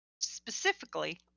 specifically